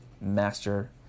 Master